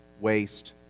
waste